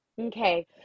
Okay